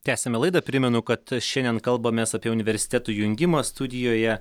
tęsiame laidą primenu kad šiandien kalbamės apie universitetų jungimą studijoje